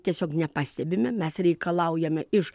tiesiog nepastebime mes reikalaujame iš